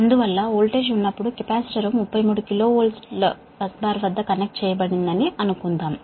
అందువల్ల వోల్టేజ్ ఉన్నప్పుడు capacitor 33 KV bus bar వద్ద కనెక్ట్ చేయబడిందని అనుకుందాం